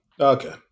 Okay